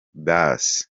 bus